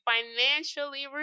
Financially